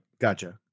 Gotcha